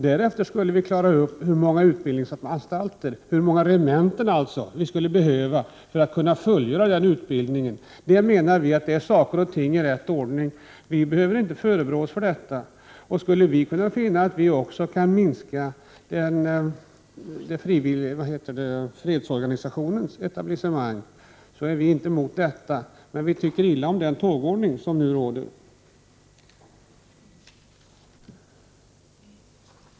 Därefter skall vi klara upp hur många utbildningsanstalter, hur många regementen, vi skulle behöva för att fullfölja utbildningen. Det menar vi är saker och ting i rätt ordning. Vi behöver inte förebrås för detta. Skulle vi finna att vi också kan minska fredsorganisationsetablissemanget, är vi moderater inte mot detta, men vi tycker illa om den tågordning som nu råder.